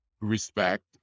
respect